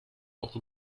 auch